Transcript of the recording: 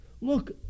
Look